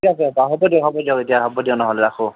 ঠিক আছে বাৰু হ'ব দিয়ক হ'ব দিয়ক এতিয়া হ'ব দিয়ক নহ'লে ৰাখোঁ